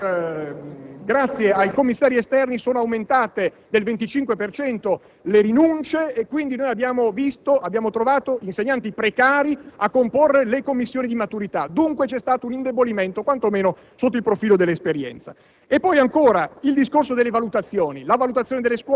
Dicevo che è successo che, grazie ai commissari esterni, sono aumentate del 25 per cento le rinunce e abbiamo trovato insegnanti precari a comporre le commissioni di maturità. Dunque, c'è stato un indebolimento, quanto meno sotto il profilo dell'esperienza.